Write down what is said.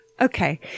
okay